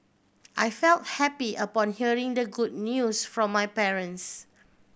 I felt happy upon hearing the good news from my parents